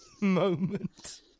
moment